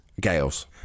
Gales